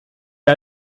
wir